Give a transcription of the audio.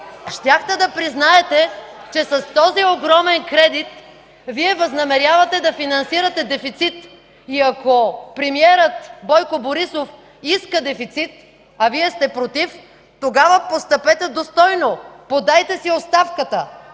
Щяхте да признаете, че с този огромен кредит Вие възнамерявате да финансирате дефицит и ако премиерът Бойко Борисов иска дефицит, а Вие сте против, тогава постъпете достойно – подайте си оставката.